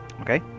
Okay